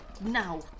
Now